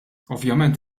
ovvjament